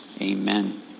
Amen